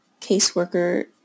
caseworker